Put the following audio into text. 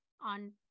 on